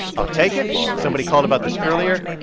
i'll take it. somebody called about this earlier.